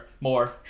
more